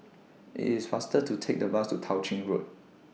IT IS faster to Take The Bus to Tao Ching Road